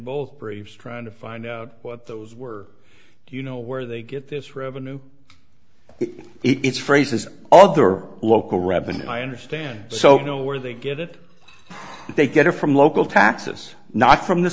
both braves trying to find out what those were you know where they get this revenue it's phrases all their local revenue i understand so you know where they get it they get it from local taxes not from the